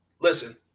listen